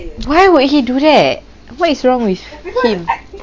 why would he do that what is wrong with him